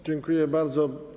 Dziękuję bardzo.